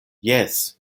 jes